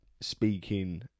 speaking